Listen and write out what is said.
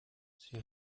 sie